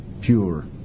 pure